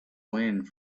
wind